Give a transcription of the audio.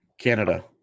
Canada